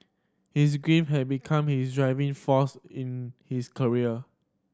his grief had become his driving force in his career